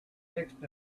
fixed